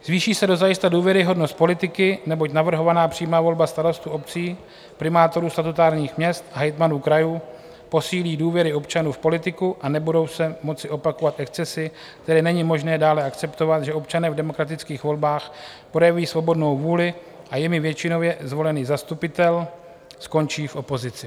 Zvýší se dozajista důvěryhodnost politiky, neboť navrhovaná přímá volba starostů obcí, primátorů statutárních měst a hejtmanů krajů posílí důvěry občanů v politiku a nebudou se moci opakovat excesy, které není možné dále akceptovat, že občané v demokratických volbách projeví svobodnou vůli a jimi většinově zvolený zastupitel skončí v opozici.